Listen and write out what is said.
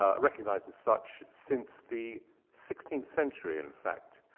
ah recognized as such since the sixteenth century, in fact.